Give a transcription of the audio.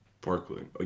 Parkland